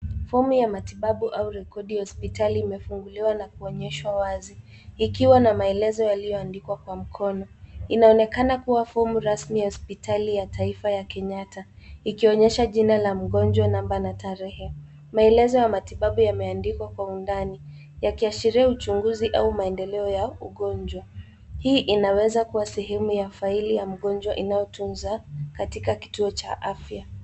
Fomu ya matitabu au rekodi ya hospitali imefunguliwa na kuonyeshwa wazi ikiwa na maelezo yaliyoandikwa kwa mkono. Inaonekana kuwa fomu rasmi ya hospitali ya taifa ya Kenyatta, ikionyesha jina la mgonjwa, numba na tarehe. Maelezo ya matibabu yameandikwa kwa undani yakiashiria uchunguzi au maendeleo ya ungonjwa. Hii inaweza kuwa sehemu ya faili ya mgonjwa inayotunza katika kituo cha afya.